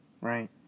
right